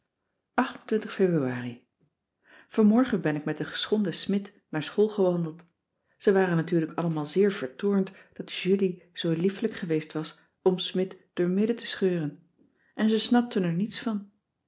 februari vanmorgen ben ik met den geschonden smidt naar school gewandeld ze waren natuurlijk allemaal zeer vertoornd dat julie zoo liefelijk geweest was om smidt door midden te scheuren en ze snapten er niets van